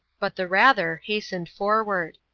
but the rather hasted forward.